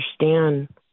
understand